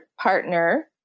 partner